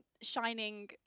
shining